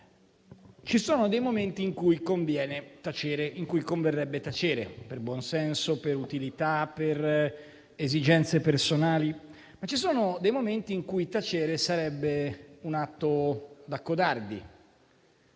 ci sono dei momenti in cui converrebbe tacere, per buon senso, per utilità o per esigenze personali, ma ci sono dei momenti in cui tacere sarebbe un atto da codardi